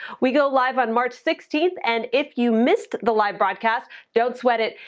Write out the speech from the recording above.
we go live on march sixteen and if you missed the live broadcast, don't sweat it,